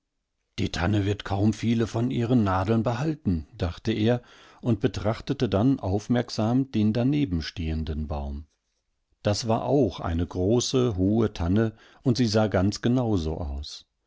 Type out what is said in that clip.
die tanne wird kaum viele von ihren nadeln behalten dachte er und betrachtetedannaufmerksamdendanebenstehendenbaum daswaraucheine große hohe tanne und sie sah ganz ebenso aus